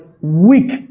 weak